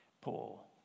Paul